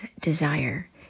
desire